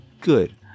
Good